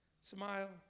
Smile